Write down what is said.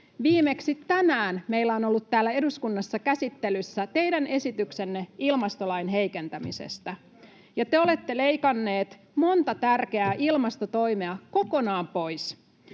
Viimeksi tänään meillä on ollut täällä eduskunnassa käsittelyssä teidän esityksenne ilmastolain heikentämisestä, ja te olette leikanneet monta tärkeää ilmastotoimea kokonaan pois.